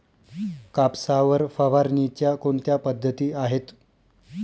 कापसावर फवारणीच्या कोणत्या पद्धती आहेत?